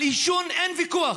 על עישון אין ויכוח.